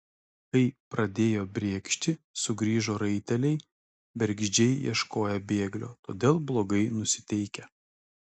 kai pradėjo brėkšti sugrįžo raiteliai bergždžiai ieškoję bėglio todėl blogai nusiteikę